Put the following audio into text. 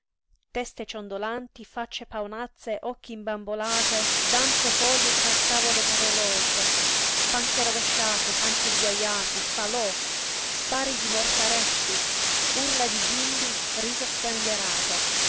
teste ciondolanti facce paonazze occhi imbambolati danze folli tra tavole capovolte panche rovesciate canti sguajati falò spari di mortaretti urli di bimbi risa sgangherate